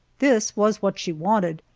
this was what she wanted,